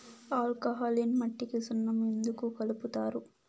alkaline మట్టికి సున్నం ఎందుకు కలుపుతారు